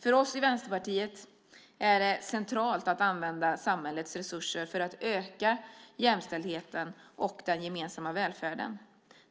För oss i Vänsterpartiet är det centralt att använda samhällets resurser för att öka jämställdheten och den gemensamma välfärden.